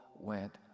went